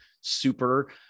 super